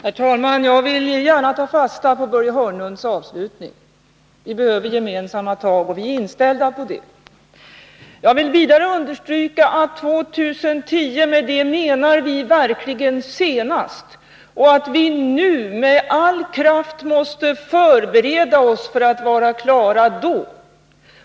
Herr talman! Jag vill gärna ta fasta på Börje Hörnlunds avslutning. Det behövs gemensamma tag, och vi är inställda på det. Jag vill också understryka att när vi säger 2010 menar vi verkligen senast 2010 och att vi nu med all kraft måste förbereda oss för att vara klara då.